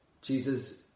Jesus